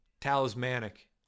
Talismanic